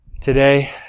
Today